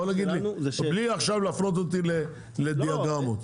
בלי להפנות אותי לדיאגרמות.